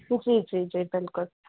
जी जी जी बिल्कुलु